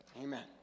Amen